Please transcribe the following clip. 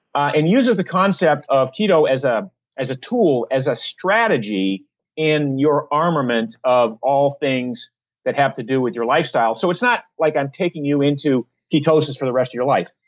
and uses the concept of keto as ah as a tool, as a strategy in your armament of all things that have to do with your lifestyle. so it's not like i'm taking you into ketosis for the rest of your life.